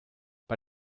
bei